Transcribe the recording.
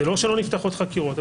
זה לא שלא נפתחות חקירות,